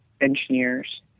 engineers